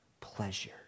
pleasure